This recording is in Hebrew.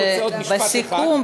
שבסיכום,